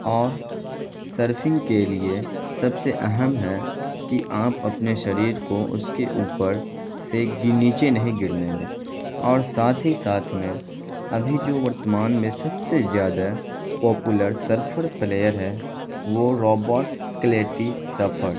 اور سرفنگ کے لیے سب سے اہم ہے کہ آپ اپنے شریر کو اس کے اوپر سے نیچے نہیں گرنے دیں اور ساتھ ہی ساتھ میں ابھی جو ورتمان میں سب سے زیادہ پاپولر سرفر پلیئر ہے وہ روبرٹ کلیٹی سرفر